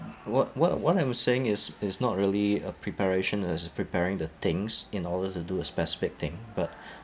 what what what I'm saying is is not really a preparation as preparing the things in order to do a specific thing but